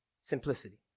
simplicity